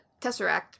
Tesseract